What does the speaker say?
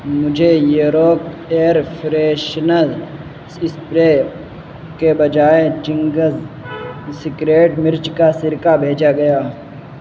مجھے ایئروک air freshener spray کے بجائے چنگز سکریٹ مرچ کا سرکہ بھیجا گیا